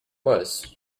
was